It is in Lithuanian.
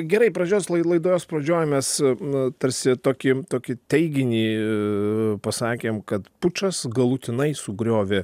gerai pradžios lai laidos pradžioj mes na tarsi tokį tokį teiginį pasakėm kad pučas galutinai sugriovė